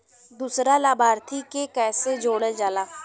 दूसरा लाभार्थी के कैसे जोड़ल जाला?